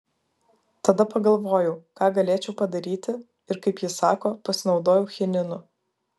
tada pagalvojau ką galėčiau padaryti ir kaip ji sako pasinaudojau chininu